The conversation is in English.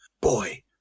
boy